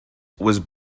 was